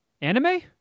Anime